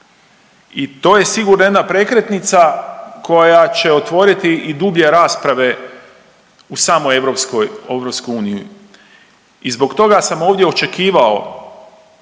i to je sigurno jedna prekretnica koja će otvoriti i dublje rasprave u samoj EU i zbog toga sam ovdje očekivao